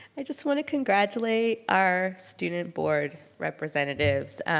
i just want to congratulate our student board representatives.